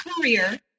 career